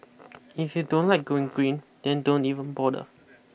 if you don't like going green then don't even bother